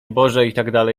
boże